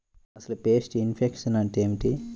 అసలు pest infection అంటే ఏమిటి?